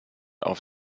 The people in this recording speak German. auf